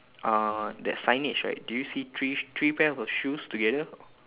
uh that signage right do you see three three pairs of shoes together